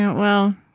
well,